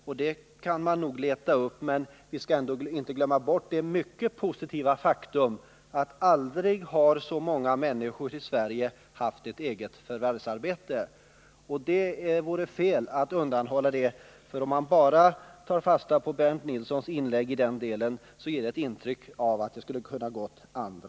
Sådana kan vi nog leta upp, men vi skall inte glömma bort det mycket positiva faktum att vi aldrig tidigare har haft en situation som nu, där så många människor haft ett eget förvärvsarbete. Det vore fel att inte påpeka detta. Av Bernt Nilssons inlägg kunde man få intrycket att det hade gått åt motsatt håll.